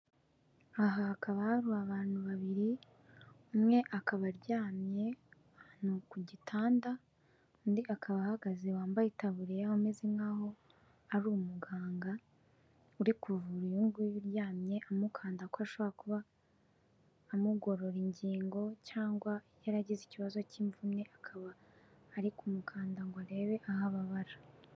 Aha hakaba hari abantu babiri umwe akaba aryamye ahantu ku gitanda, undi akaba ahagaze wambaye itaburiya ameze nkaho ari umuganga, uri kuvura uyu ng'uyu uryamye amukanda kuko ashobora kuba amugorora ingingo cyangwa yaragize ikibazo cy'imvune akaba ari mukanda ngo arebe aho ababara.